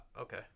Okay